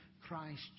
Christ